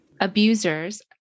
abusers